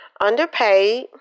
underpaid